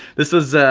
this is